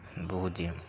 பூஜ்ஜியம்